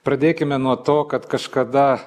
pradėkime nuo to kad kažkada